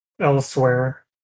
elsewhere